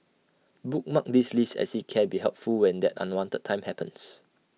bookmark this list as IT can be helpful when that unwanted time happens